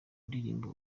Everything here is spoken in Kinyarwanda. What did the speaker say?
ndirimbo